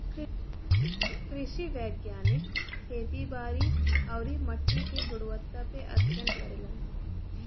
कृषि वैज्ञानिक खेती बारी आउरी मट्टी के गुणवत्ता पे अध्ययन करलन